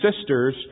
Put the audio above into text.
sisters